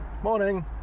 Morning